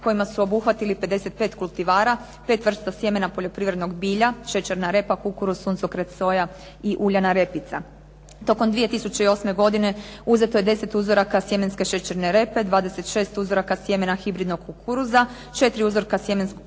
kojima su obuhvatili 55 kultivara, 5 vrsta sjemena poljoprivrednog bilja, šećerna repa, kukuruz, suncokret, soja i uljana repica. Tokom 2008. godine uzeto je 10 uzoraka sjemenske šećerne repe, 26 uzoraka sjemena hibridnog kukuruza, 4 uzorka sjemenskog suncokreta,